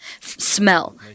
smell